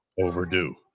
overdue